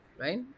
right